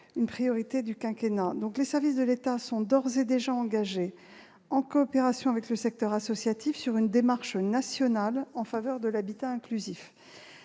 une priorité du quinquennat. Les services de l'État sont d'ores et déjà engagés, en coopération avec le secteur associatif, dans une démarche nationale en faveur de l'habitat inclusif.